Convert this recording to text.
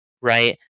right